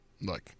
look